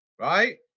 Right